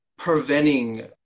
preventing